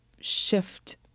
shift